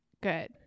good